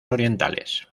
orientales